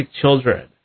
children